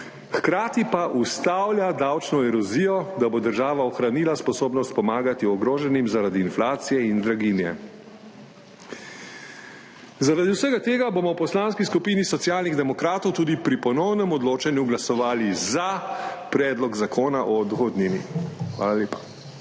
hkrati pa ustavlja davčno erozijo, da bo država ohranila sposobnost pomagati ogroženim zaradi inflacije in draginje. Zaradi vsega tega bomo v Poslanski skupini Socialnih demokratov tudi pri ponovnem odločanju glasovali za Predlog Zakona o dohodnini. Hvala lepa.